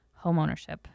homeownership